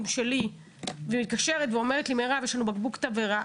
שלי ואומרת לי: יש לנו בקבוק תבערה,